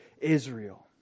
Israel